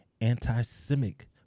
anti-Semitic